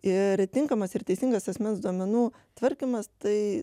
ir tinkamas ir teisingas asmens duomenų tvarkymas tai